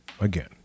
again